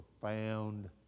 profound